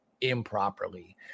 improperly